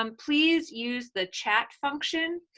um please use the chat function,